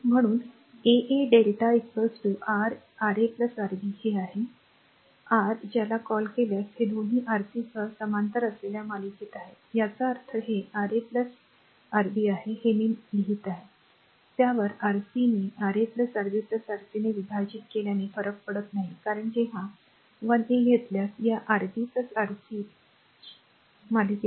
म्हणून a a lrmΔ r Ra Rb हे आहे r ज्याला कॉल केल्यास हे दोन्ही Rc सह समांतर असलेल्या मालिकेत आहेत याचा अर्थ हे Ra r Rb आहे हे मी लिहित आहे त्यावर Rc ने Ra Rb Rc ने विभाजित केल्याने फरक पडत नाही कारण जेव्हा 1 a घेतल्यास या Rb आणि Rc रा मालिकेत